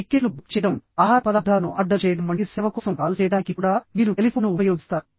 టిక్కెట్లు బుక్ చేయడం ఆహార పదార్థాలను ఆర్డర్ చేయడం వంటి సేవ కోసం కాల్ చేయడానికి కూడా మీరు టెలిఫోన్ను ఉపయోగిస్తారు